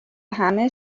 همه